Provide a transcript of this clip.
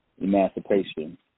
emancipation